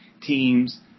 teams